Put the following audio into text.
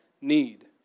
need